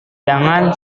jangan